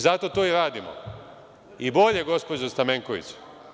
Zato to i radimo i bolje, gospođo Stamenković.